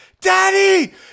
daddy